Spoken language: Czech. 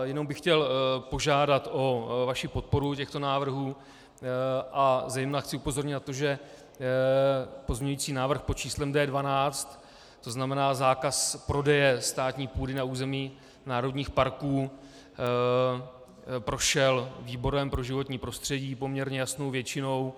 Jenom bych chtěl požádat o vaši podporu těchto návrhů a zejména chci upozornit na to, že pozměňovací návrh pod číslem D12, to znamená zákaz prodeje státní půdy na území národních parků, prošel výborem pro životní prostředí poměrně jasnou většinou.